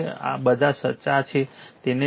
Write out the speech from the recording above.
હવે બધા સાચા છે તે મારો ટાઇમ બચાવશે